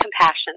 compassion